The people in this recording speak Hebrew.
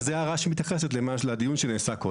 אז זו ההערה שמתייחסת לדיון שנעשה קודם.